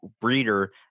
breeder